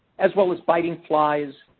as well as biting flies,